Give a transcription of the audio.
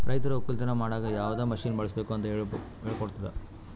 ರೈತರು ಒಕ್ಕಲತನ ಮಾಡಾಗ್ ಯವದ್ ಮಷೀನ್ ಬಳುಸ್ಬೇಕು ಅಂತ್ ಹೇಳ್ಕೊಡ್ತುದ್